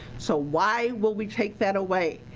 so why will we take that away?